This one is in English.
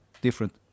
different